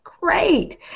great